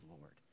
Lord